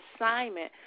Assignment